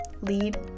lead